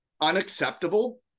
unacceptable